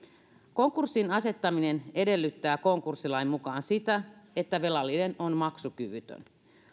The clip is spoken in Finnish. konkurssiin asettaminen edellyttää konkurssilain mukaan sitä että velallinen on maksukyvytön